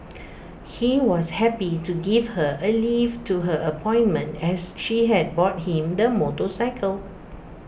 he was happy to give her A lift to her appointment as she had bought him the motorcycle